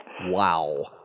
Wow